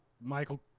Michael